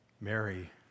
Mary